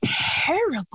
terrible